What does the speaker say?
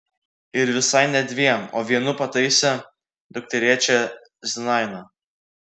ir visai ne dviem o vienu pataisė dukterėčią zinaida